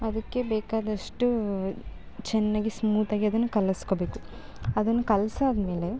ಅದಕ್ಕೆ ಬೇಕಾದಷ್ಟೂ ಚೆನ್ನಾಗಿ ಸ್ಮೂತಾಗಿ ಅದನ್ನು ಕಲಸ್ಕೊಬೇಕು ಅದನ್ನು ಕಲಸಾದ್ಮೇಲೆ